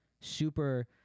super